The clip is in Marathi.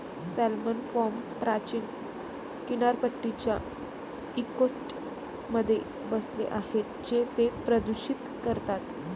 सॅल्मन फार्म्स प्राचीन किनारपट्टीच्या इकोसिस्टममध्ये बसले आहेत जे ते प्रदूषित करतात